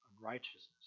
unrighteousness